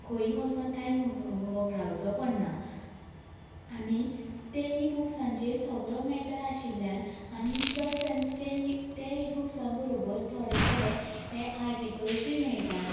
खंय वसोन टायम वोगडावचो पडना आनी त्या इ बूक्साचेर सगळो मेटर आशिल्ल्यान आनी प्लस ते इ बूक्सां बरोबर थोडे थोडे हे आर्टीकल्सय मेळटात